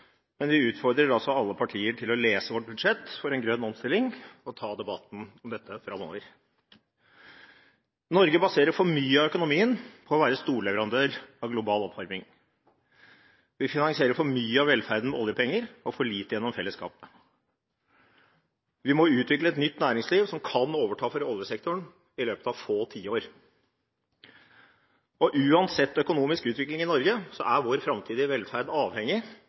men vi utfordrer alle partier til å lese vårt budsjett for en grønn omstilling og ta debatten om dette framover. Norge baserer for mye av økonomien på å være storleverandør av global oppvarming. Vi finansierer for mye av velferden med oljepenger og for lite gjennom fellesskapet. Vi må utvikle et nytt næringsliv som kan overta for oljesektoren i løpet av få tiår. Uansett økonomisk utvikling i Norge er vår framtidige velferd avhengig